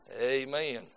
Amen